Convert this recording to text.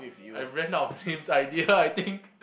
I ran out of names idea I think